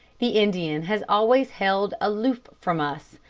the indian has always held aloof from us,